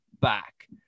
back